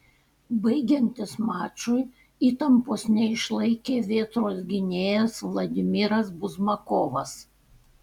baigiantis mačui įtampos neišlaikė vėtros gynėjas vladimiras buzmakovas